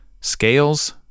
scales